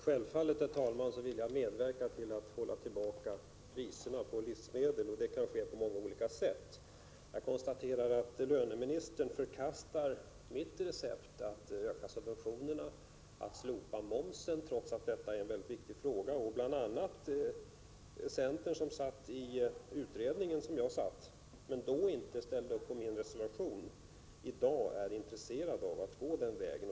Herr talman! Självfallet vill jag medverka till att hålla tillbaka priserna på livsmedel. Det kan ske på många olika sätt. Jag konstaterar att löneministern förkastar mitt recept, nämligen att öka subventionerna och att slopa momsen, trots att det är en mycket viktig fråga. Bl. a. centern, som också var representerad i den utredning som jag var med i men som då inte ställde upp på min reservation, är i dag intresserad av att gå den vägen.